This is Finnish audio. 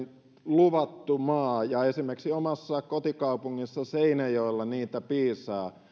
luvattu maa ja esimerkiksi omassa kotikaupungissani seinäjoella niitä piisaa